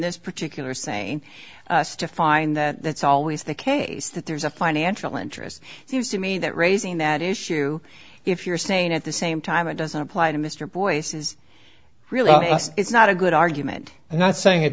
this particular saying to find that that's always the case that there's a financial interest seems to me that raising that issue if you're saying at the same time it doesn't apply to mr boyce is really just it's not a good argument i'm not saying it